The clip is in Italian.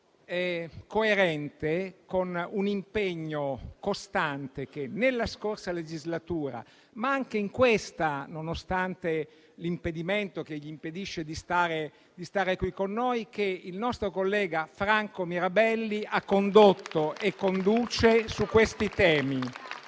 è coerente con un impegno costante che nella passata legislatura, ma anche in questa, nonostante l'impedimento che non gli permette di stare con noi, il nostro collega Franco Mirabelli ha condotto e conduce su questi temi.